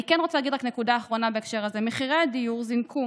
אני כן רוצה להגיד רק נקודה אחרונה בהקשר הזה: מחירי הדיור זינקו